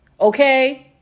okay